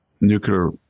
nuclear